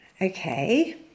okay